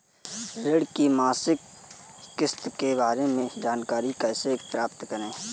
ऋण की मासिक किस्त के बारे में जानकारी कैसे प्राप्त करें?